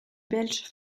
belge